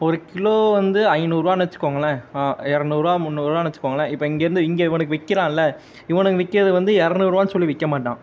ஒரு கிலோ வந்து ஐநூறுவான்னு வெச்சுக்கோங்களேன் இரநூறுவா முந்நூறுபான்னு வெச்சுக்கோங்களேன் இப்போ இங்கேருந்து இங்கே உனக்கு விற்கிறான்ல இவனுங்க விற்கிறது வந்து இரநூறுவான்னு சொல்லி விற்க மாட்டான்